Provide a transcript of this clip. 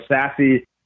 Sassy